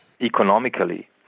economically